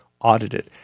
audited